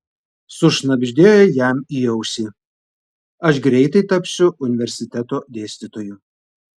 sušnabždėjo jam į ausį aš greitai tapsiu universiteto dėstytoju